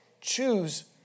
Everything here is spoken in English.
Choose